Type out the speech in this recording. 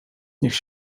niech